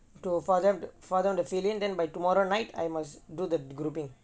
for them for them to fill in then then by tomorrow night I must do the grouping